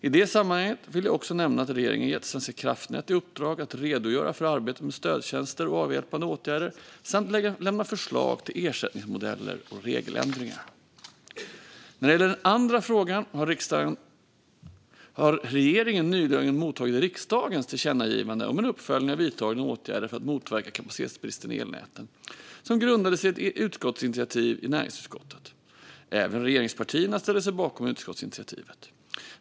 I detta sammanhang vill jag också nämna att regeringen gett Svenska kraftnät i uppdrag att redogöra för arbetet med stödtjänster och avhjälpande åtgärder samt att lämna förslag till ersättningsmodeller och regeländringar. När det gäller den andra frågan har regeringen nyligen mottagit riksdagens tillkännagivande om en uppföljning av vidtagna åtgärder för att motverka kapacitetsbristen i elnäten, som grundade sig i ett utskottsinitiativ i näringsutskottet. Även regeringspartierna ställde sig bakom utskottsinitiativet.